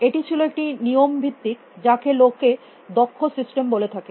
এটি ছিল একটি নিয়ম ভিত্তিক যাকে লোক দক্ষ সিস্টেম বলে থাকে